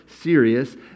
serious